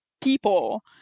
people